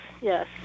yes